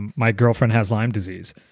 and my girlfriend has lyme disease,